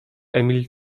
emil